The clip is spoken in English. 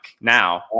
now